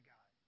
God